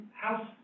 house